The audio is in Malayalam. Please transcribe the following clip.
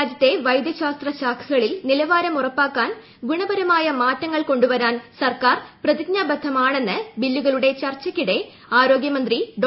രാജ്യത്തെ വൈദ്യശാസ്ത്രശ്രാ്പ്പകളിൽ നിലവാരം ഉറപ്പാക്കാൻ ഗുണപരമായ മാറ്റങ്ങൾ ട്രൂക്ടാണ്ടുവരാൻ സർക്കാർ പ്രതിജ്ഞാബദ്ധമാണെന്ന് ബില്ലുകളുട്ടെ ചർച്ചക്കിടെ ആരോഗ്യമന്ത്രി ഡോ